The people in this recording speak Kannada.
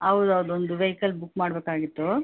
ಹೌದ್ ಹೌದು ಒಂದು ವೆಯ್ಕಲ್ ಬುಕ್ ಮಾಡಬೇಕಾಗಿತ್ತು